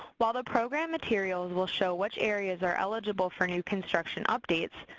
while the program materials will show which areas are eligible for new construction updates,